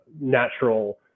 natural